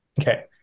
Okay